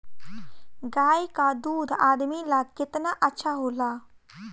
गाय का दूध आदमी ला कितना अच्छा होला?